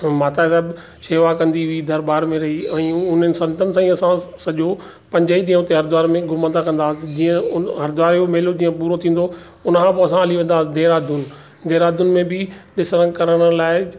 माता साहिब शेवा कंदी हुई दरबार में रही हुयूं उन्हनि संतनि सां ई असां सॼो पंज ई ॾींहं हरिद्वार में घुमंदा कंदासीं जीअं उन हरिद्वार जो मेलो जीअं पूरो थींदो हुओ उनखां पोइ असां हली वेंदासीं देहरादून में बि ॾिसण करण लाइ